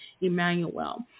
Emmanuel